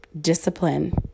discipline